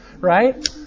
right